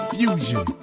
Fusion